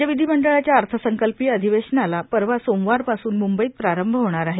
राज्य विधीमंडळाच्या अर्थसंकल्पीय अधिवेशनाला परवा सोमवारपासून मुंबईत प्रारंभ होणार आहे